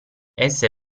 esse